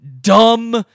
dumb